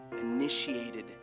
initiated